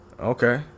Okay